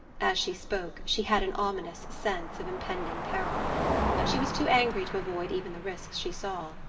as she spoke she had an ominous sense of impending peril but she was too angry to avoid even the risks she saw.